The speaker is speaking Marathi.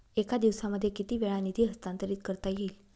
एका दिवसामध्ये किती वेळा निधी हस्तांतरीत करता येईल?